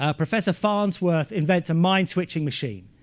ah professor farnsworth invents a mind-switching machine.